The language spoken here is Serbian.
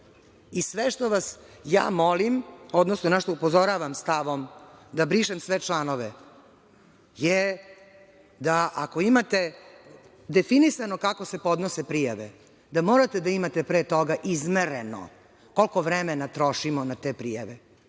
što vas ja molim, odnosno na šta upozoravam stavom da brišem sve članove je da ako imate definisano kako se podnose prijave, da morate da imate pre toga izmereno koliko vremena trošimo na te prijave,